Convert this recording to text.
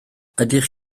ydych